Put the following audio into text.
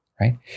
right